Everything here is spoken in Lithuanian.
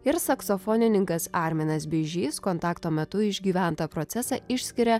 ir saksofonininkas arminas bižys kontakto metu išgyventą procesą išskiria